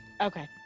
Okay